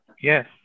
Yes